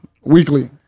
weekly